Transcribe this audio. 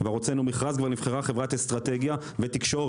כבר הוצאנו מכרז וכבר נבחרה חברת אסטרטגיה ותקשורת.